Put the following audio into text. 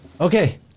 Okay